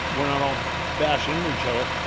we're not all bashing into each other.